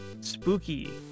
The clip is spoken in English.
spooky